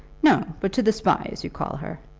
no but to the spy, as you call her.